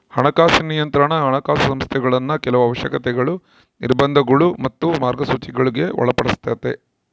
ಹಣಕಾಸಿನ ನಿಯಂತ್ರಣಾ ಹಣಕಾಸು ಸಂಸ್ಥೆಗುಳ್ನ ಕೆಲವು ಅವಶ್ಯಕತೆಗುಳು, ನಿರ್ಬಂಧಗುಳು ಮತ್ತೆ ಮಾರ್ಗಸೂಚಿಗುಳ್ಗೆ ಒಳಪಡಿಸ್ತತೆ